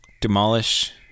demolish